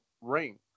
ring